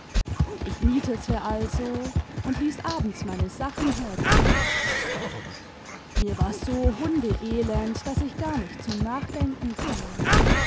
ich mietete also und ließ abends meine sachen herbringen mir war so hundeelend daß ich gar nicht zum nachdenken kam